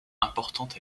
importantes